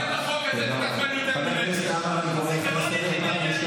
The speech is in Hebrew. תקרא את החוק הזה ותתעצבן יותר ממני.